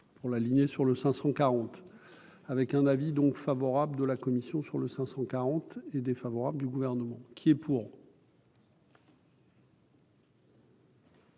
pour l'aligner sur le 540 avec un avis donc favorable de la commission sur le 540 et défavorable du gouvernement qui est pour.